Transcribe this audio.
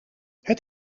het